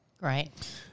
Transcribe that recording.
Right